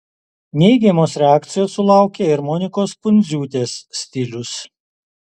neigiamos reakcijos sulaukė ir monikos pundziūtės stilius